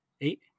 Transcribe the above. eight